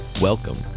Welcome